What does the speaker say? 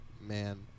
Man